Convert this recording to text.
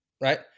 right